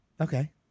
Okay